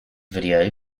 video